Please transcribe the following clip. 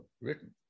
written